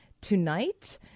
tonight